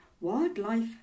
Wildlife